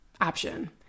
option